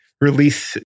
release